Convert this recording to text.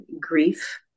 grief